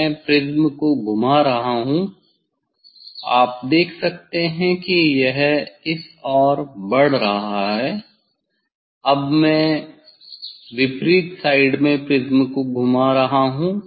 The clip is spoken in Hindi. मैं प्रिज्म को घुमा रहा हूं आप देख सकते हैं कि यह इस ओर बढ़ रहा है अब मैं विपरीत साइड में प्रिज्म को घुमा रहा हूं